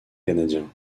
canadien